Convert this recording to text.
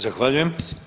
Zahvaljujem.